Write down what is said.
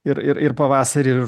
ir ir pavasarį ir